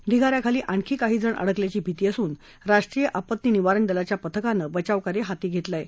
ढिगाऱ्याखाली आणखी काही अडकल्याची भिती असून राष्ट्रीय आपत्ती निवारण दलाच्या पथकानं बचावकार्य हाती घेतलं आहे